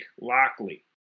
Lockley